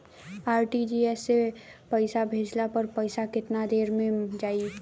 RTGS से पईसा भेजला पर पईसा केतना देर म जाई?